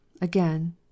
again